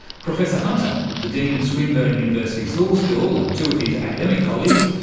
professor hunter, the dean of swinburne university's law school, and two of his academic colleagues,